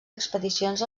expedicions